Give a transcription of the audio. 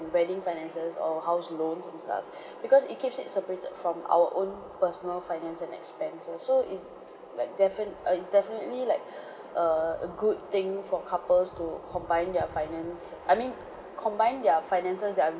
wedding finances or house loans and stuff because it keeps it separated from our own personal finance and expenses so it's like defi~ uh it's definitely like a a good thing for couples to combine their finance I mean combine their finances that are